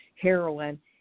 heroin